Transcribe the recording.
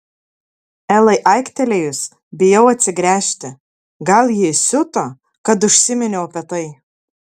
elai aiktelėjus bijau atsigręžti gal ji įsiuto kad užsiminiau apie tai